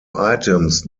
items